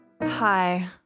Hi